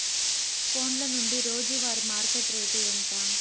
ఫోన్ల నుండి రోజు వారి మార్కెట్ రేటు ఎంత?